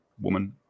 woman